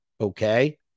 okay